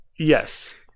Yes